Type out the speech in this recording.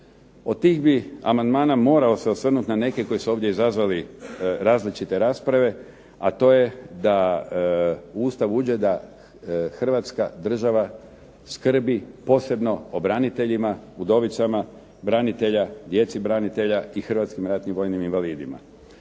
Od tih bi amandmana morao se osvrnuti na neke koji su ovdje izazvali različite rasprave, a to je da u Ustav uđe da hrvatska država skrbi posebno o braniteljima, udovicama branitelja, djeci branitelja i hrvatskim ratnim vojnim invalidima.